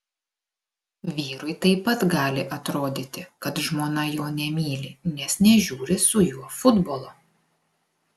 vyrui taip pat gali atrodyti kad žmona jo nemyli nes nežiūri su juo futbolo